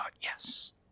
yes